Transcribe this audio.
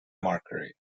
mercury